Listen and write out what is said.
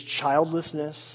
childlessness